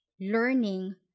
learning